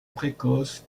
précoce